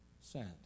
sent